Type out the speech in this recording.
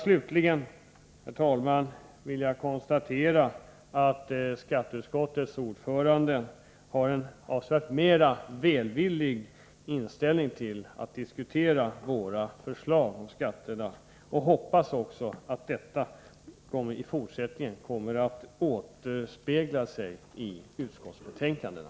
Slutligen, herr talman, vill jag konstatera att skatteutskottets ordförande har en mycket välvillig inställning till att diskutera våra förslag om skatterna, och jag hoppas att detta i fortsättningen även kommer att återspegla sig i utskottsbetänkandena.